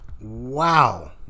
wow